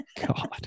God